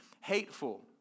hateful